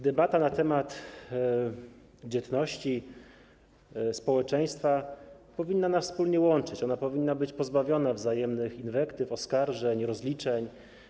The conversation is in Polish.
Debata na temat dzietności społeczeństwa powinna nas łączyć, powinna być pozbawiona wzajemnych inwektyw, oskarżeń i rozliczeń.